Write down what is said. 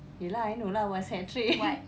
ye lah I know lah what's hat trick